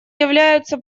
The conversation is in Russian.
являются